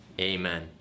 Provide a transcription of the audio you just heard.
Amen